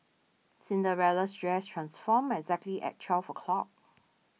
Cinderella's dress transformed exactly at twelve o'clock